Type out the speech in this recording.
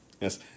yes